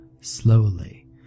Slowly